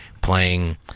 playing